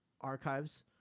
archives